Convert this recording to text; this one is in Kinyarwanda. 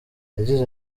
yagize